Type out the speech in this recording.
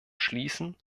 schließen